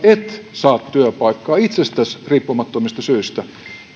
saa työpaikkaa itsestäsi riippumattomista syistä